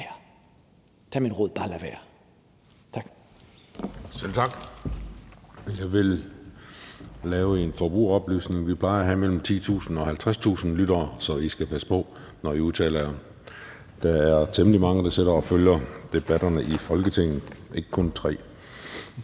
mod mit råd: Bare lade være. Tak.